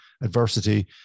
adversity